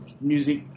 music